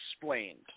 explained